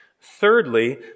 Thirdly